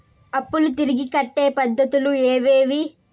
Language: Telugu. అప్పులు తిరిగి కట్టే పద్ధతులు ఏవేవి